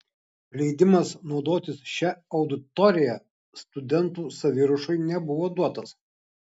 leidimas naudotis šia auditorija studentų saviruošai nebuvo duotas